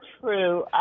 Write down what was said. true